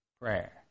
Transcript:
prayer